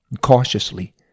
Cautiously